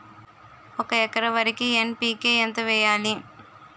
ఒక ఎకర వరికి ఎన్.పి.కే ఎంత వేయాలి?